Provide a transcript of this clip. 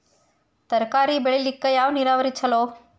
ತರಕಾರಿ ಬೆಳಿಲಿಕ್ಕ ಯಾವ ನೇರಾವರಿ ಛಲೋ?